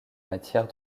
matière